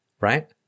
right